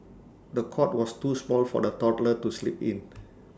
the cot was too small for the toddler to sleep in